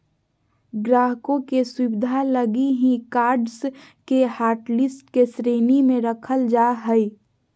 ग्राहकों के सुविधा लगी ही कार्ड्स के हाटलिस्ट के श्रेणी में रखल जा हइ